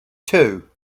two